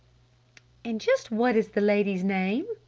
and just what is the lady's name?